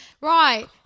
right